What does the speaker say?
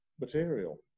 material